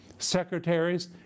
Secretaries